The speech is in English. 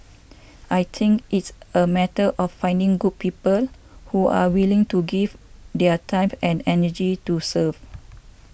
I think it's a matter of finding good people who are willing to give their time and energy to serve